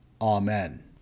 Amen